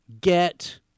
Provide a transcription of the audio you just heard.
get